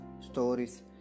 stories